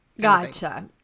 Gotcha